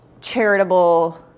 charitable